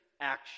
action